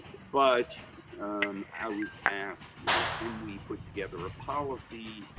but i was asked you know can we put together a policy